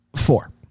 four